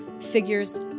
figures